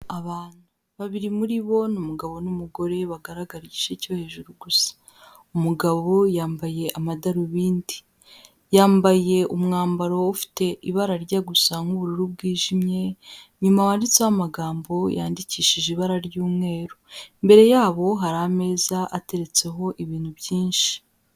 Abantu, babiri muri bo ni umugabo n'umugore bagaraga igice cyo hejuru gusa. Umugabo yambaye amadarubindi, yambaye umwambaro ufite ibara rijya gusa nku'ubururu bwijimye inyuma wanditseho amagambo yandikishije ibara ry'umweru, imbere yabo hari ameza ateretseho ibintu byinshi.